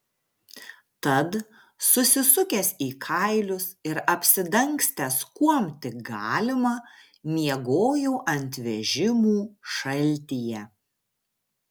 tad susisukęs į kailius ir apsidangstęs kuom tik galima miegojau ant vežimų šaltyje